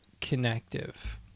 connective